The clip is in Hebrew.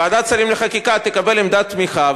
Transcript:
ועדת שרים לחקיקה תקבל עמדת תמיכה,